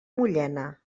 mullena